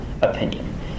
opinion